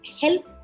help